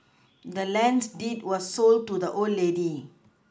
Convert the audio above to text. the land's deed was sold to the old lady